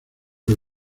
que